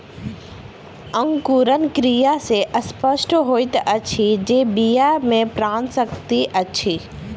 अंकुरण क्रिया सॅ स्पष्ट होइत अछि जे बीया मे प्राण शक्ति अछि